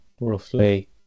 roughly